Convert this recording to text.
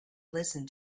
listen